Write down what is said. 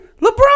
LeBron